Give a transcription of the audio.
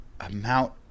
amount